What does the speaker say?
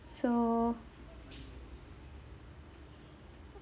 so